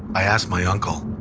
i asked my uncle,